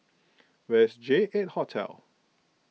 where is J eight Hotel